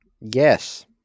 Yes